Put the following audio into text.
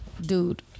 dude